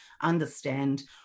understand